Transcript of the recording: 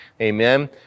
amen